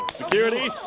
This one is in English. security?